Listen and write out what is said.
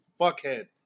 Fuckhead